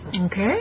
Okay